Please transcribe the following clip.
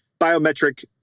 biometric